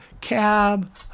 Cab